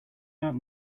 aunt